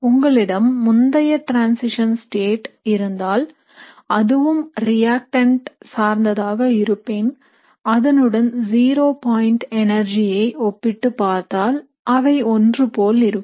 உங்களிடம் முந்தைய transition state இருந்தால் அதுவும் ரியாக்டன்ட் சார்ந்ததாக இருப்பின் அதனுடன் ஜீரோ பாயின்ட் எனர்ஜி ஐ ஒப்பிட்டு பார்த்தால் அவை ஒன்று போல் இருக்கும்